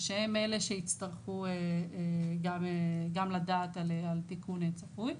שהן אלה שיצטרכו גם לדעת על תיקון צפוי.